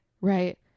Right